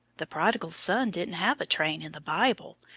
the prodigal son didn't have a train in the bible,